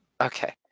Okay